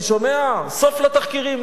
אני שומע: סוף לתחקירים.